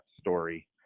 story